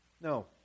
No